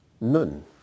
Nun